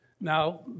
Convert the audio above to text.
Now